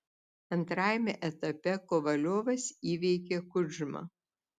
antrajame etape kovaliovas įveikė kudžmą